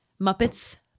Muppets